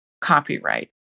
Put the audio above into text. copyright